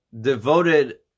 devoted